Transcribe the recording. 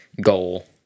Goal